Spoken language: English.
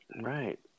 Right